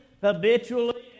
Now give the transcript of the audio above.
habitually